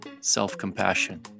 self-compassion